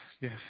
yes